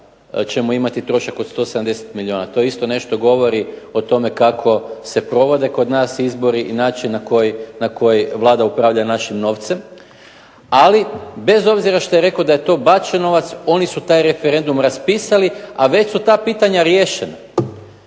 ćemo imati trošak od 170 milijuna, to isto nešto govori o tome kako se provode kod nas izbori i način na koji Vlada upravlja našim novcem. Ali bez obzira što je on rekao da je to bačen novac, oni su taj referendum raspisali a već su ta pitanja riješena.